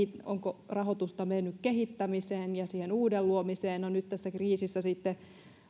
onko rahoitusta mennyt kehittämiseen ja siihen uuden luomiseen no nyt tässä kriisissä sitten